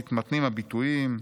מתמתנים הביטויים,